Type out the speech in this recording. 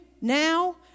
now